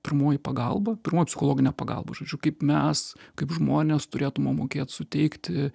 pirmoji pagalba pirmoji psichologinė pagalba žodžiu kaip mes kaip žmonės turėtumėm mokėt suteikti